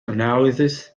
analysis